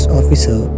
officer